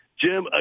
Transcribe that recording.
Jim